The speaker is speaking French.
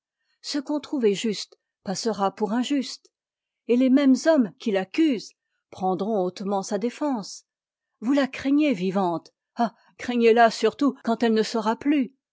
ce qu'on trouvait juste passera pour injuste et tes mêmes hommes qui t'accusent prendront haute ment sa défense vous la craignez vivante ah craignez la surtout quand elle ne sera plus